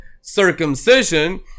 circumcision